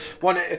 One